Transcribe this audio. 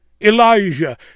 Elijah